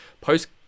post